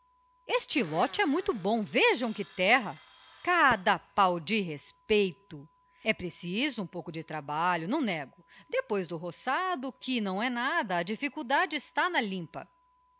este lote é muito bom vejam que terra cada páo de respeito e preciso um pouco de trabalho não nego depois do roçado o que não é nada a difíiculdade está na limpa